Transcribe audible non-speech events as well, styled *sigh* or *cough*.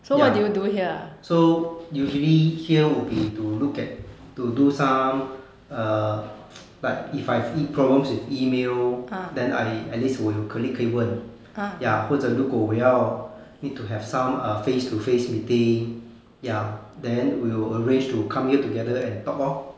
ya so usually here would be to look at to do some err *noise* like if I meet problems with email then I at least 我有 colleague 可以问 ya 或者如果我要 need to have some err face to face meeting ya then we'll arrange to come here together and talk lor